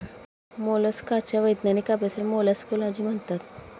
मोलस्काच्या वैज्ञानिक अभ्यासाला मोलॅस्कोलॉजी म्हणतात